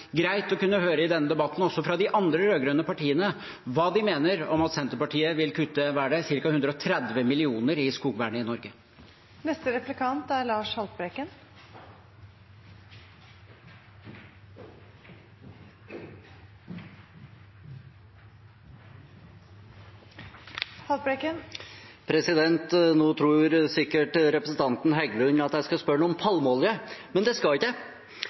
greit i denne debatten å høre fra de andre rød-grønne partiene hva de mener om at Senterpartiet vil kutte ca. 130 millioner i skogvernet i Norge. Nå tror sikkert representanten Heggelund at jeg skal spørre ham om palmeolje, men det skal jeg ikke.